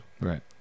Right